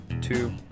two